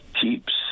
keeps